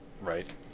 Right